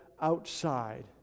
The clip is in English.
outside